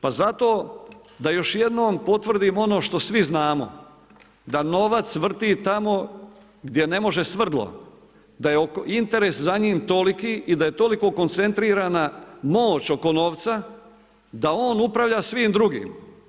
Pa zato da još jednom potvrdim ono što svi znamo da novac vrti tamo gdje ne može svrdlo, da je interes za njim toliki i da je toliko koncentrirana moć oko novca da on upravlja svim drugim.